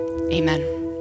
Amen